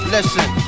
Listen